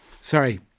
Sorry